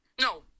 No